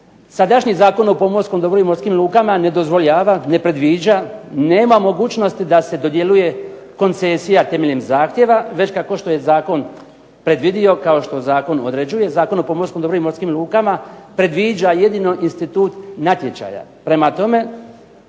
sadašnji Zakon o pomorskom dobru i morskim lukama ne dozvoljava, ne predviđa, nema mogućnost da se dodjeljuje koncesija temeljem zahtjeva već kao što je zakon predvidio, kao što zakon određuje, Zakon o pomorskom dobru i morskim lukama predviđa jedino institut natječaja. Prema tome,